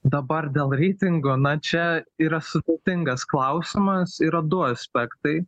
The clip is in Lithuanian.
dabar dėl reitingo na čia yra sudėtingas klausimas yra du aspektai